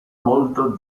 molto